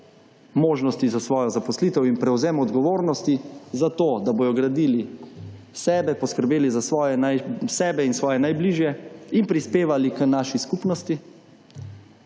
(nadaljevanje) prevzem odgovornosti za to, da bojo gradili sebe, poskrbeli za sebe in svoje najbližje in prispevali k naši skupnosti.